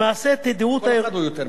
כל אחד הוא יותר מדי.